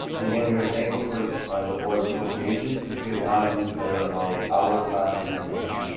and again, we are thankful for the board's appropriations which we have now used to better our our classroom experiences.